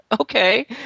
okay